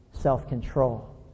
self-control